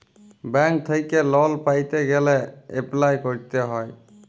bank থ্যাইকে loan পাইতে গ্যালে এপ্লায় ক্যরতে হ্যয়